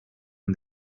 and